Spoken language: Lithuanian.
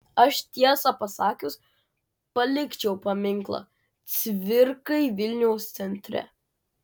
aš tiesą pasakius palikčiau paminklą cvirkai vilniaus centre